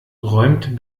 räumt